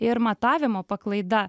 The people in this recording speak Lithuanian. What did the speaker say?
ir matavimo paklaida